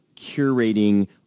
curating